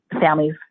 families